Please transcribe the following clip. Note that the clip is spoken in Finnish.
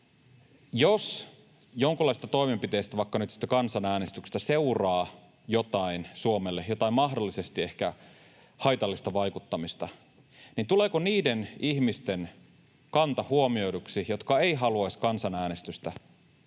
jos jonkinlaisista toimenpiteistä, vaikka nyt sitten kansanäänestyksestä, seuraa jotain Suomelle, jotain mahdollisesti ehkä haitallista vaikuttamista, niin tuleeko niiden ihmisten kanta huomioiduksi, jotka eivät haluaisi kansanäänestystä,